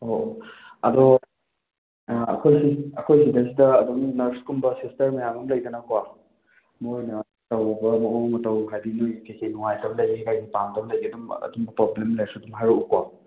ꯑꯣ ꯑꯣ ꯑꯗꯣ ꯑꯈꯣꯏꯁꯤ ꯑꯈꯣꯏ ꯁꯤꯗꯩꯁꯤꯗ ꯑꯗꯨꯝ ꯅꯔꯁꯀꯨꯝꯕ ꯁꯤꯁꯇꯔ ꯃꯌꯥꯝ ꯑꯃ ꯂꯩꯗꯅꯀꯣ ꯃꯣꯏꯅ ꯇꯧꯔꯤꯕ ꯃꯑꯣꯡ ꯃꯇꯧ ꯍꯥꯏꯗꯤ ꯅꯣꯏꯒꯤ ꯀꯩ ꯀꯩ ꯅꯨꯡꯉꯥꯏꯇꯕ ꯂꯩ ꯍꯥꯏꯗꯤ ꯄꯥꯝꯗꯕ ꯂꯩꯒꯦ ꯑꯗꯨꯝ ꯑꯗꯗꯨꯝꯕ ꯄ꯭ꯔꯣꯕ꯭ꯂꯝ ꯂꯩꯔꯁꯨ ꯑꯗꯨꯝ ꯍꯥꯏꯔꯛꯎꯕꯀꯣ